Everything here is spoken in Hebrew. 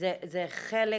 זה חלק